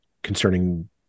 concerning